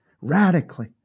radically